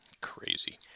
Crazy